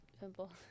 pimple